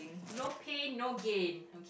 no pain no gain